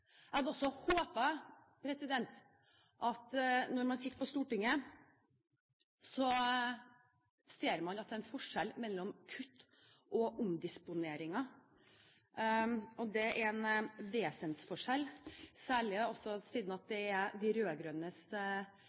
Jeg hadde også håpet at man, når man sitter på Stortinget, ser at det er en forskjell på kutt og omdisponeringer, at det er en vesensforskjell – særlig siden det også er de